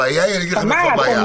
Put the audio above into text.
אני אגיד לכם איפה הבעיה.